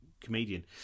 comedian